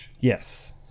Yes